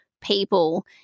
people